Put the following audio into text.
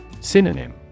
Synonym